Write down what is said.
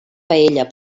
paella